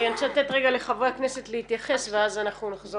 אני רוצה לתת רגע לחברי הכנסת להתייחס ואז אנחנו נחזור.